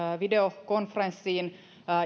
videokonferenssiin